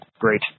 great